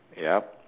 yup